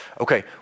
Okay